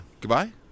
Goodbye